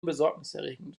besorgniserregend